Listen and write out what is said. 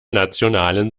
nationalen